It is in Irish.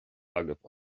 agaibh